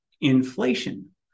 inflation